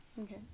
Okay